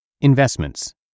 Investments